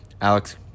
Alex